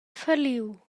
falliu